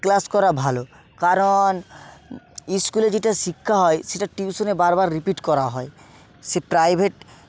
class করা ভালো কারণ স্কুলে যেটা শিক্ষা হয় সেটা টিউশনে বারবার রিপিট করা হয় সে প্রাইভেট